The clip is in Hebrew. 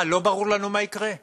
מה, לא ברור לנו מה יקרה?